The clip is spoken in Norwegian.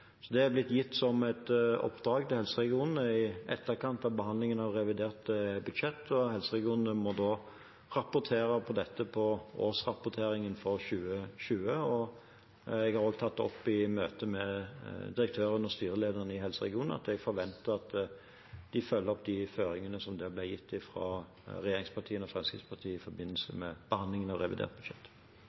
er blitt gitt som et oppdrag til helseregionene i etterkant av behandlingen av revidert budsjett, og helseregionene må rapportere om dette i årsrapporteringen for 2020. Jeg har også tatt opp i møte med direktørene og styrelederne i helseregionene at jeg forventer at de følger opp de føringene som der ble gitt fra regjeringspartiene og Fremskrittspartiet i forbindelse med behandlingen av revidert budsjett.